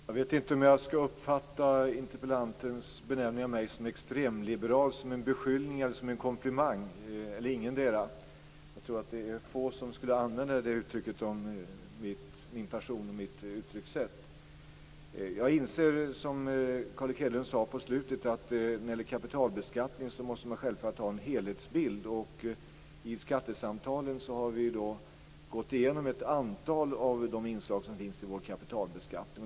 Fru talman! Jag vet inte om jag skall uppfatta interpellantens benämning av mig som extremliberal som en beskyllning eller som en komplimang eller ingendera. Jag tror att det är få som skulle använda det uttrycket om min person och mitt uttryckssätt. Jag inser som Carl Erik Hedlund sade på slutet att man självfallet måste ha en helhetsbild av kapitalbeskattningen. I skattesamtalen har vi gått igenom ett antal av de inslag som finns i vår kapitalbeskattning.